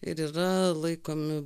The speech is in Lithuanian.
ir yra laikomi